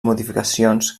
modificacions